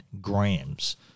grams